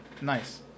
nice